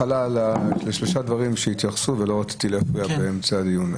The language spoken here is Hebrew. להתייחס לשלושה דברים שהתייחסו אליהם ולא רציתי להפריע באמצע הדיון.